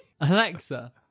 Alexa